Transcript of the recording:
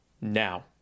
Now